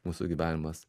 mūsų gyvenimas